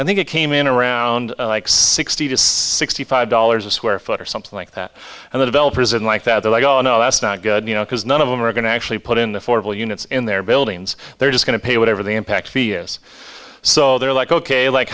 i think it came in around like sixty to sixty five dollars a square foot or something like that and the developers in like that they're like oh no that's not good you know because none of them are going to actually put in affordable units in their buildings they're just going to pay whatever the impact fee yes so they're like ok like